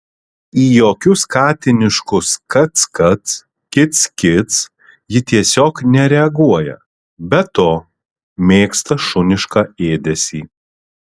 į jokius katiniškus kac kac kic kic ji tiesiog nereaguoja be to mėgsta šunišką ėdesį